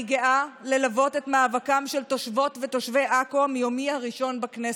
אני גאה ללוות את מאבקם של תושבות ותושבי עכו מיומי הראשון בכנסת.